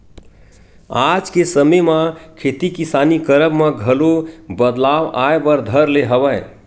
आज के समे म खेती किसानी करब म घलो बदलाव आय बर धर ले हवय